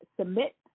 submit